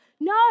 No